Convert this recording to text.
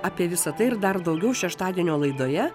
apie visa tai ir dar daugiau šeštadienio laidoje